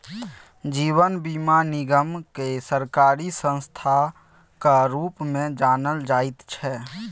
जीवन बीमा निगमकेँ सरकारी संस्थाक रूपमे जानल जाइत छै